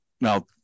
now